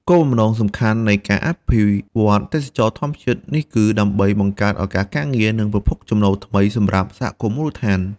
គោលបំណងសំខាន់នៃការអភិវឌ្ឍទេសចរណ៍ធម្មជាតិនេះគឺ ដើម្បីបង្កើតឱកាសការងារ និងប្រភពចំណូលថ្មីសម្រាប់សហគមន៍មូលដ្ឋាន។